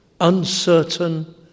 uncertain